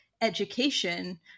education